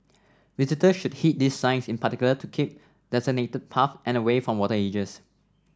visitors should heed these signs in particular to keep to designated paths and away from water edges